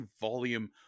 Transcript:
volume